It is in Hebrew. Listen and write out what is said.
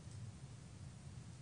(הישיבה נפסקה בשעה 02:06 ונתחדשה